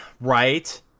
Right